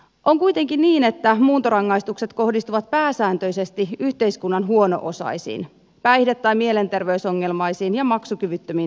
on kuitenkin niin että muuntorangaistukset kohdistuvat pääsääntöisesti yhteiskunnan huono osaisiin päihde tai mielenterveysongelmaisiin ja maksukyvyttömiin henkilöihin